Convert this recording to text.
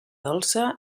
dolça